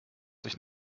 sich